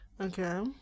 okay